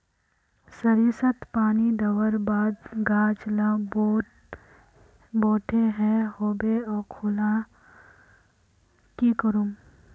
सरिसत पानी दवर बात गाज ला बोट है होबे ओ खुना की करूम?